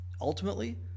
ultimately